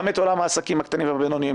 גם את עולם העסקים הקטנים והבינוניים.